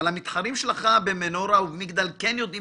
אבל המתחרים שלך במנורה ובמגדל כן יודעים